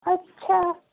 اچھا